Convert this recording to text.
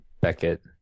Beckett